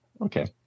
okay